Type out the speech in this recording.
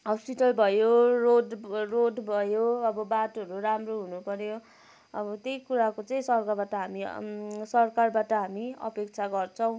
hospital भयो road road भयो अब बाटोहरू राम्रो हुनु पऱ्यो अब त्यही कुराको चाहिँ सरकारबाट हामी सरकारबाट हामी अपेक्षा गर्छौँ